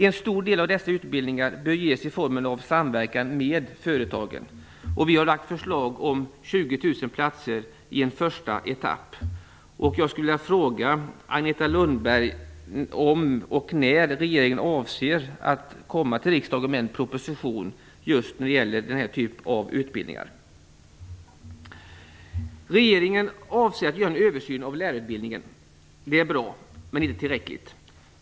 En stor del av dessa utbildningar bör ges i form av samverkan med företagen. Vi har lagt fram förslag om 20 000 platser i en första etapp. Jag skulle vilja fråga Agneta Lundberg om och när regeringen avser att komma till riksdagen med en proposition när det gäller den här typen av utbildningar. Regeringen avser att göra en översyn av lärarutbildningen. Det är bra, men inte tillräckligt.